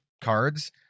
cards